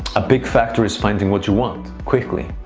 a big factor is finding what you want, quickly.